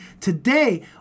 today